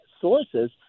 sources